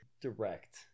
direct